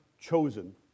chosen